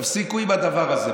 תפסיקו עם הדבר הזה.